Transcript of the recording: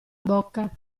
bocca